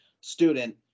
student